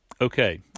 Okay